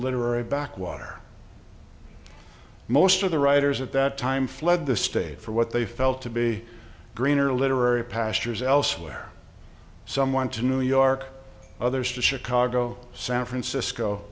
literary backwater most of the writers at that time fled the state for what they felt to be greener literary pastures elsewhere some went to new york others to chicago san francisco